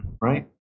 Right